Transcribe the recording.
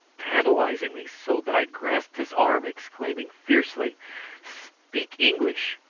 tantalising me so that i grasped his arm, exclaiming fiercely speak english.